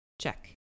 Check